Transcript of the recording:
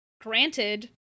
granted